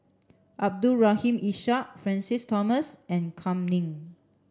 Abdul Rahim Ishak Francis Thomas and Kam Ning